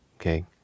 Okay